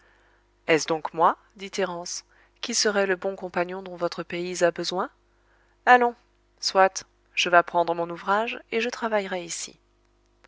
est-ce donc moi dit thérence qui serai le bon compagnon dont votre payse a besoin allons soit je vas prendre mon ouvrage et je travaillerai ici